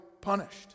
punished